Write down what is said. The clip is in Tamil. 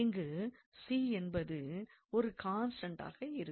இங்கு c என்பது ஒரு கான்ஸ்டண்டாக இருக்கும்